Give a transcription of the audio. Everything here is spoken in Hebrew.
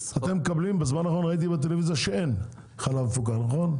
ראיתי בטלוויזיה שאין חלב מפוקח, נכון?